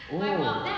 oh